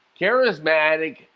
charismatic